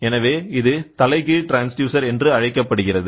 எனவே இது தலைகீழ் ட்ரான்ஸ்டியூசர் என்று அழைக்கப்படுகிறது